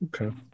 okay